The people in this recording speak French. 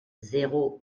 zéro